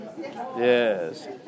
Yes